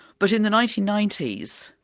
but in the nineteen ninety s,